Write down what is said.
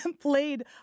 played